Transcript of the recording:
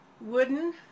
wooden